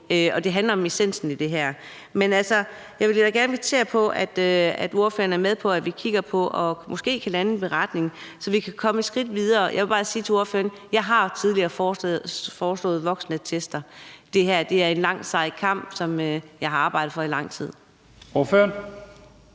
for det handler om essensen af det her. Men jeg vil da gerne kvittere for, at ordføreren er med på at kigge på det i forhold til måske at lande en beretning, så vi kan komme et skridt videre. Jeg vil bare sige til ordføreren, at jeg tidligere har foreslået voksenattester. Det her er en lang, sej kamp, hvor jeg har arbejdet for det i lang tid.